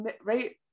right